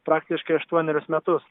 praktiškai aštuonerius metus